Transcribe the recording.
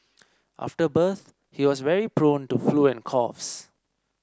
after birth he was very prone to flu and coughs